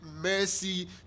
mercy